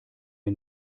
der